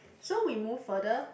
so we move further